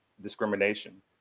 discrimination